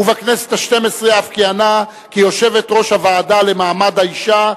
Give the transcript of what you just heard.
ובכנסת השתים-עשרה אף כיהנה כיושבת-ראש הוועדה למעמד האשה,